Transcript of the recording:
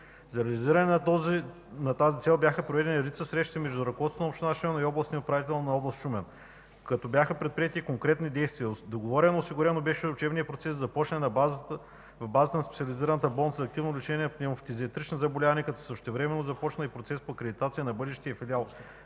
За реализиране на тази цел бяха проведени редица срещи между ръководството на община Шумен и областния управител на област Шумен, като бяха предприети и конкретни действия – договорено и осигурено беше учебният процес да започне в базата на Специализираната болница за активно лечение на пневмофтизиатрични заболявания, като същевременно започна и процес по акредитация на бъдещия филиал,